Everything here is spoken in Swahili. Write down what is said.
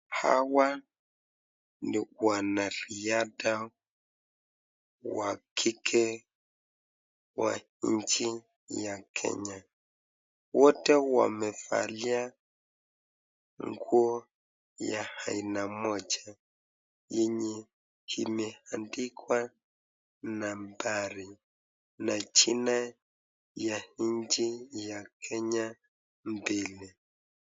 Hawa ni wanariadha wa kike wa nchi ya Kenya. Wote wamevalia nguo ya aina moja yenye imeandikwa nambari na jina ya nchi ya Kenya mbele.